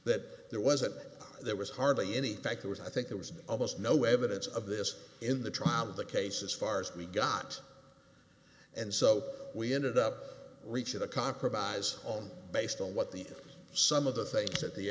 that there wasn't there was hardly any fact there was i think there was almost no evidence of this in the trial of the case as far as we got and so we ended up reaching a compromise on based on what the some of the things that the